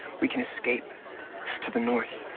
we can escape to the north.